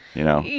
you know,